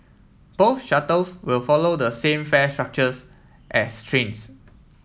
both shuttles will follow the same fare structures as trains